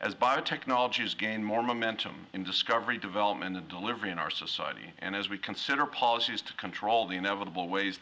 as biotechnology is gain more momentum in discovery development the delivery in our society and as we consider policies to control the inevitable ways